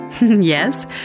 Yes